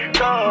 go